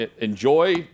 enjoy